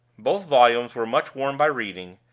both volumes were much worn by reading,